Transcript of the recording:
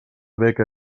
beca